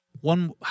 One